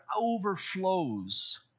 overflows